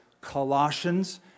Colossians